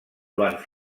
joan